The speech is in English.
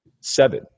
seven